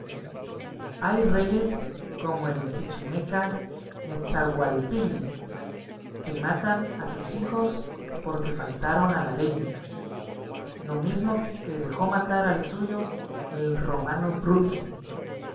hay reyes como el chichimeca netzahualpilli que matan a sus hijos porque faltaron a la ley lo mismo que dejó matar al suyo el romano bruto